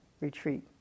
retreat